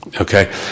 Okay